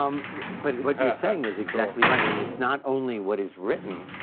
um but but and saying is exactly right, and it's not only what is written.